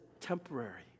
temporary